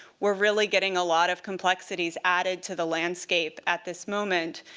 we're really getting a lot of complexities added to the landscape at this moment.